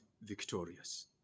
victorious